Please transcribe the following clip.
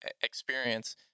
experience